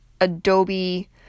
Adobe